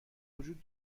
وجود